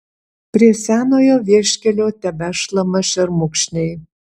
prie senojo vieškelio tebešlama šermukšniai